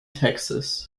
texas